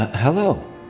Hello